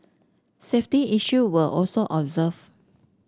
safety issue were also observe